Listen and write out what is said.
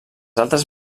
altres